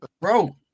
Bro